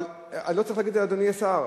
אבל לא צריך להגיד את זה לאדוני השר.